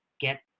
get